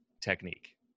technique